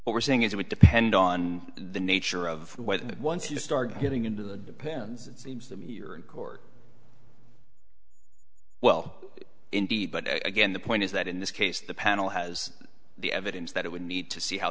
aying is it would depend on the nature of what it once you start getting into the depends it seems to me you're in court well indeed but again the point is that in this case the panel has the evidence that it would need to see how